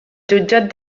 jutjat